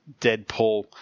Deadpool